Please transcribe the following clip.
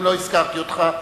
אם לא הזכרתי אותך,